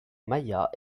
maya